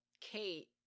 Kate